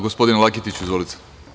Gospodine Laketiću, izvolite.